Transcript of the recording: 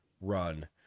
run